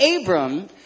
Abram